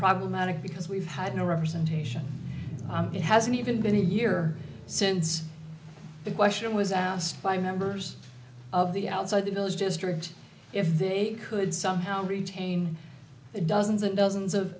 problematic because we've had no representation it hasn't even been a year since the question was asked by members of the outside the bill is just rigged if they could somehow retain the dozens and dozens of